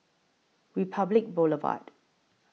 Republic Boulevard